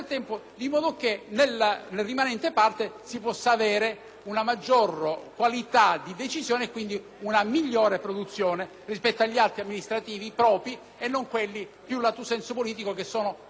una maggiore qualità di decisioni e quindi una migliore produzione rispetto agli atti amministrativi propri e non rispetto a quelli prettamente politici che rientrano nella scelta e dunque nel rapporto tra eletto ed elettore.